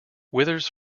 withers